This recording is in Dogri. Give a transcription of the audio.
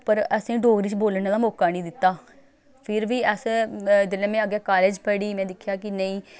पर असें डोगरी च बोलने दा मौका निं दित्ता फिर बी अस जेल्लै में अग्गें कालेज़ पढ़ी में दिक्खेआ कि नेईं